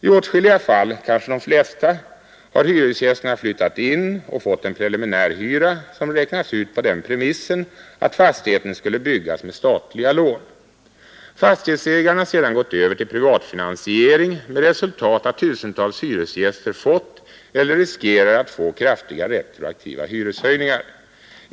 I åtskilliga fall — kanske de flesta — har hyresgästerna flyttat in och fått en preliminär hyra som räknats ut på den premissen att fastigheten skulle byggas med statliga lån. Fastighetsägaren har sedan gått över till privatfinansiering med resultat att tusentals hyresgäster fått eller riskerar att få kraftiga retroaktiva hyreshöjningar.